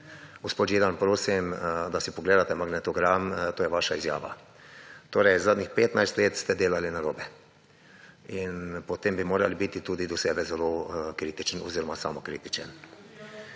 Gospod Židan, prosim, da si pogledate magnetogram, to je vaša izjava. Torej zadnjih 15 let ste delali narobe. In potem bi morali biti tudi do sebe zelo kritični in samokritični.